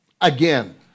Again